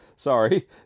Sorry